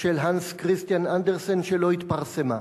של הנס כריסטיאן אנדרסן, שלא התפרסמה.